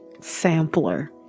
Sampler